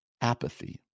Apathy